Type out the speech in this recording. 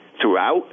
throughout